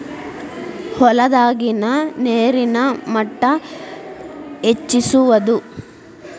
ಹೊಲದಾಗಿನ ನೇರಿನ ಮಟ್ಟಾ ಹೆಚ್ಚಿಸುವದು